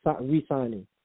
re-signing